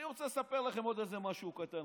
אני רוצה לספר לכם עוד משהו קטן,